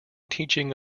teaching